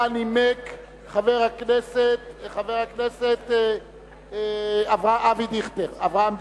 שאותה נימק חבר הכנסת אברהם דיכטר.